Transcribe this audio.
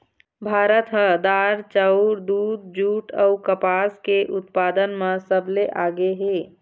भारत ह दार, चाउर, दूद, जूट अऊ कपास के उत्पादन म सबले आगे हे